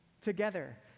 together